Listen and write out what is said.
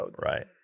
Right